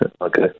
Okay